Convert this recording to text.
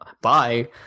Bye